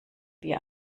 wir